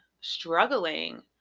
struggling